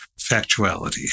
factuality